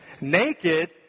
naked